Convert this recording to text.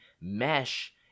mesh